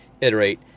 iterate